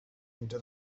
into